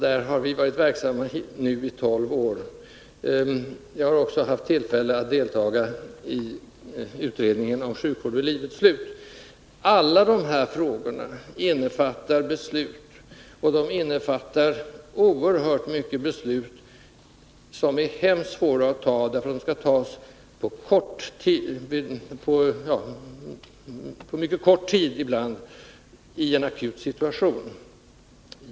Där har vi varit verksamma nu i tolv år. Jag har senast också haft tillfälle att delta i utredningen om sjukvård vid livets slut. Vi har inte försummat etiken. Alla de här frågorna innefattar svåra beslut, och i sjukvården måste vi fatta oerhört många beslut som är mycket svåra att ta därför att de skall tas inom en mycket kort tid, ibland i en akut situation.